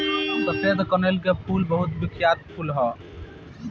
सफेद कनईल के फूल बहुत बिख्यात फूल ह